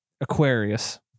Aquarius